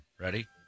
ready